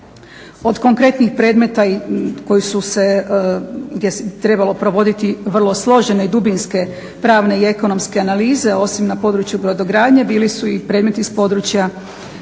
Od konkretnih predmeta koji su se, gdje se trebalo provodit vrlo složene i dubinske pravne i ekonomske analize osim na području brodogradnje bili su i predmeti iz područja